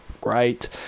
great